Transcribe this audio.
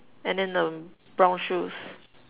and then um brown shoes